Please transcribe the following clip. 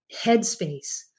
headspace